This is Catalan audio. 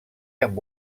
amb